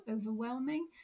overwhelming